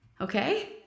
okay